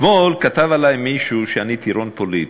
אתמול כתב עלי מישהו שאני טירון פוליטי.